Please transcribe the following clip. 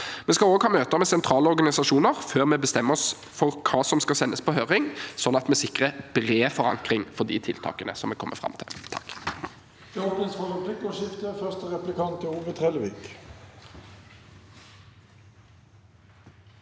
Vi skal også ha møter med sentrale organisasjoner før vi bestemmer oss for hva som skal sendes på høring, sånn at vi sikrer bred forankring for de tiltakene vi kommer fram til.